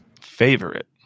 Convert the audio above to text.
Favorite